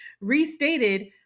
Restated